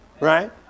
right